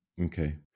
okay